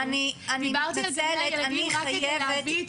דיברתי על גני הילדים רק כדי להביא את